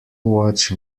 watch